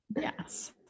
Yes